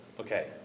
Okay